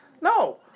No